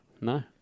No